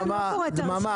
דממה.